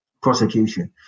prosecution